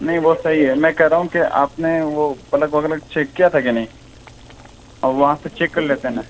نہیں وہ صحیح ہے میں کہہ رہا ہوں کہ آپ نا وہ پلک وغیرہ چیک کیا تھا کی نہیں وہاں سے چیک کر لیتے نا